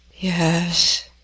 Yes